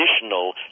additional